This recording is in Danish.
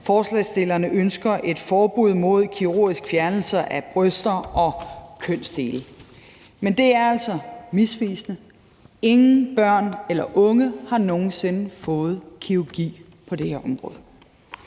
forslagsstillerne ønsker et forbud mod kirurgisk fjernelse af bryster og kønsdele. Men det er altså misvisende. Ingen børn eller unge har nogen sinde fået kirurgi på det her område.